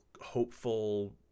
hopeful